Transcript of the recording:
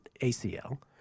ACL